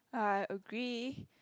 I agree